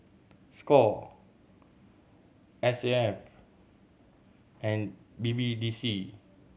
score S A F and B B D C